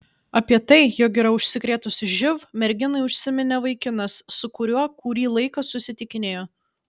apie tai jog yra užsikrėtusi živ merginai užsiminė vaikinas su kuriuo kurį laiką susitikinėjo